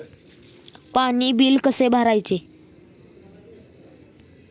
पाणी बिल कसे भरायचे?